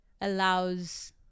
allows